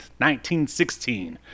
1916